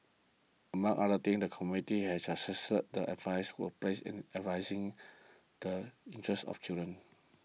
among other things the committee has suggested that emphasis will placed addressing the interests of children